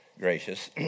gracious